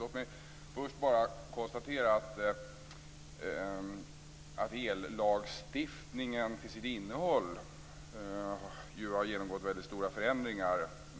Låt mig först bara konstatera att ellagstiftningen till sitt innehåll har genomgått väldigt stora förändringar.